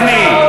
חבר הכנסת גפני,